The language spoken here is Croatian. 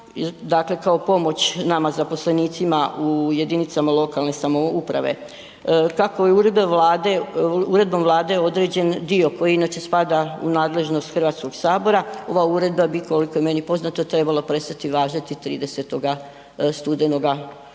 dakle kao pomoć nama zaposlenicima u jedinicama lokalne samouprave. Kako je uredbom Vlade određen dio koji inače spada u nadležnost Hrvatskog sabora ova uredba bi koliko je meni poznato trebala prestati važiti 30. studenoga